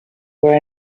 were